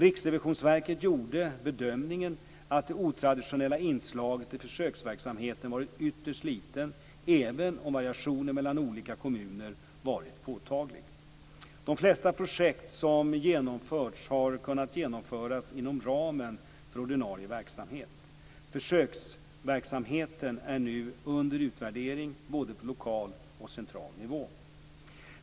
Riksrevisionsverket gjorde bedömningen att det otraditionella inslaget i försöksverksamheten varit ytterst litet, även om variationen mellan olika kommuner varit påtaglig. De flesta projekt som genomförts har kunnat genomföras inom ramen för ordinarie verksamhet. Försöksverksamheten är nu under utvärdering både på lokal och central nivå.